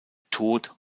tod